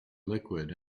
liquid